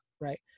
right